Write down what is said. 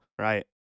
right